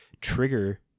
trigger